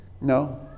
No